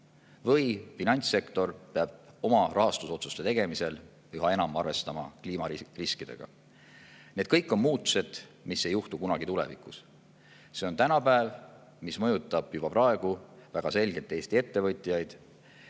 Või peab finantssektor oma rahastuse otsuste tegemisel üha enam arvestama kliimariskidega. Need kõik on muutused, mis ei juhtu kunagi tulevikus. See on tänapäev, mis mõjutab juba praegu väga selgelt Eesti ettevõtjaid.